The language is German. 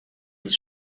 des